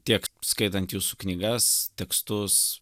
tiek skaitant jūsų knygas tekstus